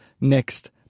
next